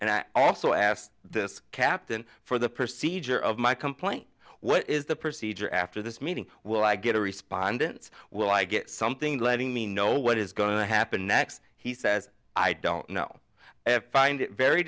and i also asked this captain for the procedure of my complaint what is the procedure after this meeting will i get a respondent's will i get something letting me know what is going to happen next he says i don't know if i find it very